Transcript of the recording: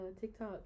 TikTok